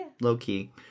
low-key